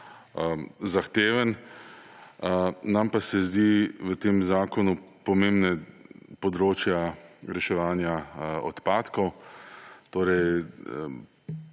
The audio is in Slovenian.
zahteven, nam pa se zdi v tem zakonu pomembno področje reševanja odpadkov. V tej